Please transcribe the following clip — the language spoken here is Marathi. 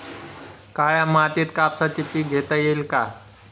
काळ्या मातीत कापसाचे पीक घेता येईल का?